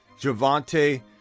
Javante